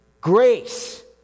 grace